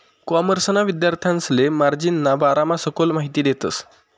कॉमर्सना विद्यार्थांसले मार्जिनना बारामा सखोल माहिती देतस